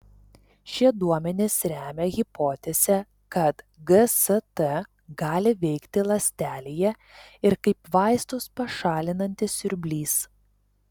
šie duomenys remia hipotezę kad gst gali veikti ląstelėje ir kaip vaistus pašalinantis siurblys